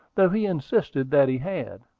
though he insisted that he had.